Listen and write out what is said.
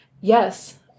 Yes